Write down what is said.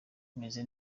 meze